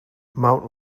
mount